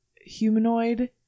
humanoid